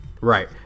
Right